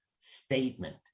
statement